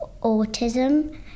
autism